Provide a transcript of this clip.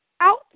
out